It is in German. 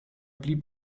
blieb